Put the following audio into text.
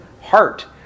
heart